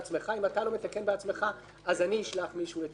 אם אתה לא מתקן בעצמך, אשלח מישהו לתקן.